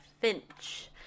Finch